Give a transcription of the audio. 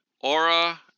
Aura